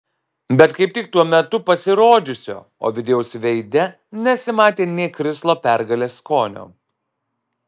bet kaip tik tuo metu pasirodžiusio ovidijaus veide nesimatė nė krislo pergalės skonio